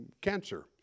cancer